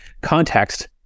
context